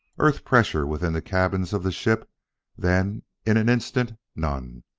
earth pressure within the cabins of the ship then in an instant none!